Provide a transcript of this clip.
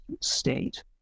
state